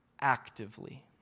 actively